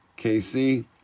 KC